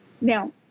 now